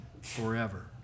forever